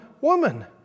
woman